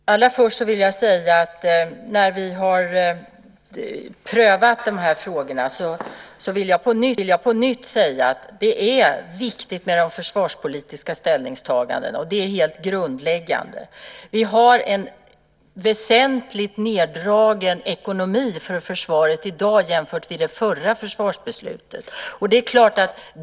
Fru talman! Allra först vill jag säga att när vi prövar de här frågorna är det viktigt med de försvarspolitiska ställningstagandena. Det är helt grundläggande. Vi har en väsentligt neddragen ekonomi för försvaret i dag jämfört med vid det förra försvarsbeslutet.